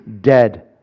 dead